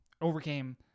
overcame